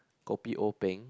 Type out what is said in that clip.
kopi O peng